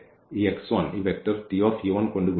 ഇവിടെ ഈ ഈ വെക്റ്റർ കൊണ്ട് ഗുണിക്കുന്നു